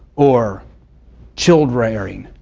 or child rearing,